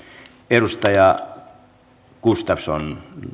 edustaja gustafsson